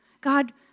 God